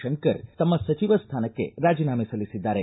ಶಂಕರ್ ತಮ್ಮ ಸಚಿವ ಸ್ಥಾನಕ್ಕೆ ರಾಜಿನಾಮೆ ಸಲ್ಲಿಸಿದ್ದಾರೆ